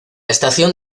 estación